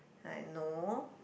I know